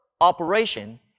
operation